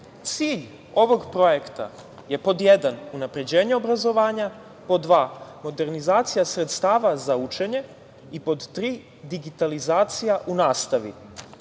Cilj ovog projekta je pod 1.) unapređenje obrazovanja, pod 2.) modernizacija sredstava za učenje i pod 3.) digitalizacija u nastavi.